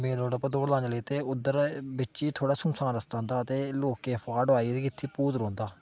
main रोड़ै उप्पर दौड़ लाने ई चली गे ते उद्धर बिच्च ई थोड़ा सुनसान रस्ता होंदा ते लोकें अफवाह् डोआई कि इत्थै भूत रौंह्दा